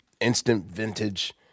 instant-vintage